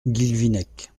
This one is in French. guilvinec